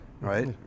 right